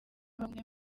bamwe